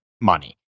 money